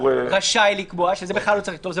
רשאי לקבוע, שזה לא צריך לכתוב.